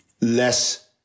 less